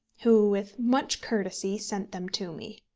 who, with much courtesy, sent them to me.